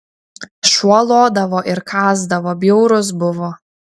šuo lodavo ir kąsdavo bjaurus buvo